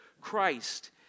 Christ